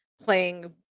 playing